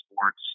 sports